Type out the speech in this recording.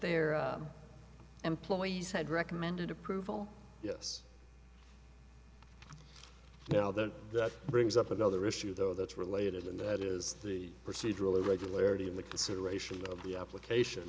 their employees had recommended approval yes now that that brings up another issue though that's related and that is the procedural irregularity in the consideration of the application